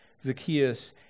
Zacchaeus